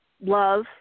love